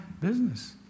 business